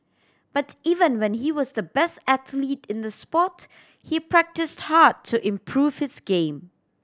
but even when he was the best athlete in the sport he practise hard to improve his game